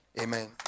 Amen